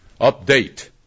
update